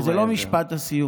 אבל זה לא משפט הסיום.